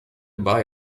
buy